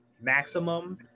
maximum